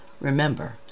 Remember